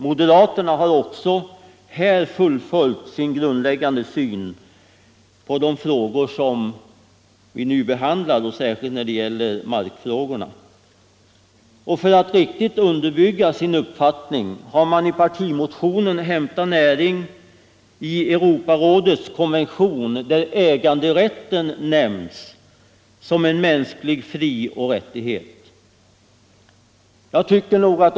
Moderaterna har också här följt upp sin grundläggande syn på de frågor vi nu behandlar, särskilt dem som gäller markpolitiken. För att riktigt underbygga sin uppfattning har de i partimotionen hämtat näring i Europarådets konvention, där äganderätten nämns som en av de mänskliga frioch rättigheterna.